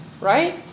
right